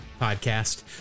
podcast